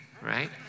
right